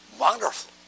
Wonderful